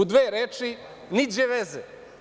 U dve reči - niđe veze.